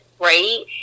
right